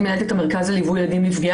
אני מנהלת את המרכז לליווי ילדים נפגעי